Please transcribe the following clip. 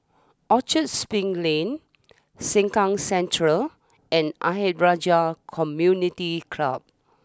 Orchard Spring Lane Sengkang Central and Ayer Rajah Community Club